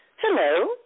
Hello